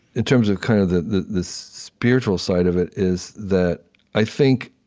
in terms of kind of the the spiritual side of it, is that i think